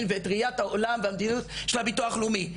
ואת ראיית העולם והמדיניות של הביטוח לאומי,